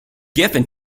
geffen